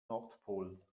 nordpol